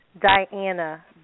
Diana